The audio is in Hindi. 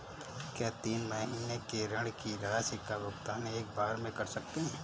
क्या तीन महीने के ऋण की राशि का भुगतान एक बार में कर सकते हैं?